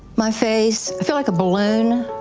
my face, i feel like a balloon.